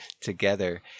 together